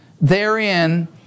therein